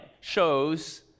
shows